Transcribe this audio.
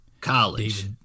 College